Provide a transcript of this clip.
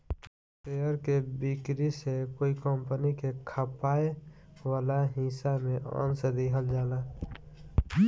share के बिक्री से कोई कंपनी के खपाए वाला हिस्सा में अंस दिहल जाला